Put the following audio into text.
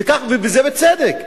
ובצדק.